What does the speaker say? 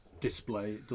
display